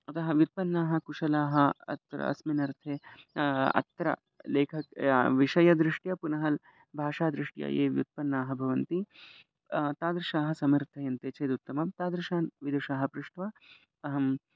अतः व्युत्पन्नाः कुशलाः अत्र अस्मिन्नर्थे अत्र लेखकः विषयदृष्ट्या पुनः भाषादृष्ट्या ये व्युत्पन्नाः भवन्ति तादृशाःसमर्थयन्ते चेदुत्तमं तादृशान् विदुषाः पृष्ट्वा अहम्